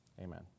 Amen